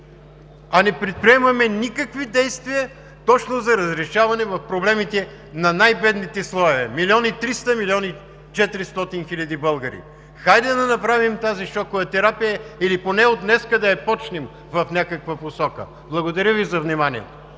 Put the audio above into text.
а не предприемаме никакви действия точно за разрешаване проблемите на най-бедните слоеве – милион и триста, милион и четиристотин хиляди българи. Хайде да направим тази шокова терапия или поне от днес да я започнем в някаква посока! Благодаря Ви за вниманието.